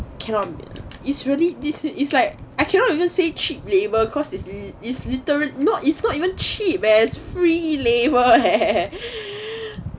cannot is really this is like I cannot even say cheap labour cause is the is literally not it's not even cheap it's free labour leh